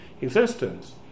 existence